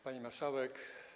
Pani Marszałek!